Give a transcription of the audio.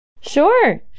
Sure